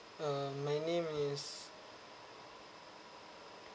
um my name is